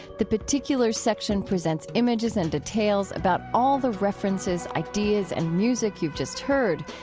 the particulars section presents images and details about all the references, ideas and music you've just heard.